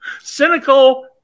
Cynical